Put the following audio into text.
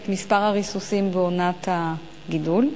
את מספר הריסוסים בעונת הגידול.